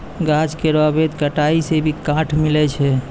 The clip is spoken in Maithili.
गाछ केरो अवैध कटाई सें भी काठ मिलय छै